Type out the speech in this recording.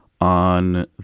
on